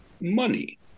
money